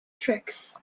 ceramics